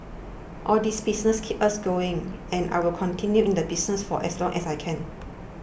all these business keep us going and I will continue in the business for as long as I can